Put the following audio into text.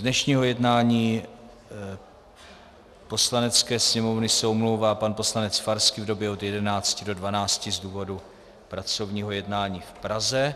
Z dnešního jednání Poslanecké sněmovny se omlouvá pan poslanec Farský v době od 11 do 12 hodin z důvodu pracovního jednání v Praze.